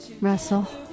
Russell